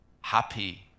happy